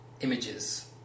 images